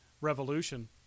Revolution